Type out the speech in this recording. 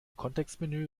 kontextmenü